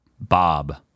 Bob